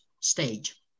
stage